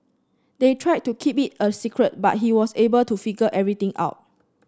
they tried to keep it a secret but he was able to figure everything out